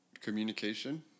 communication